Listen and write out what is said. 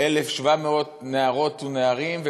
1,700 נערות ונערים,